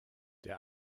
der